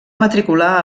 matricular